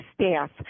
staff